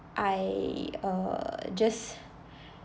I err just